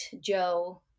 Joe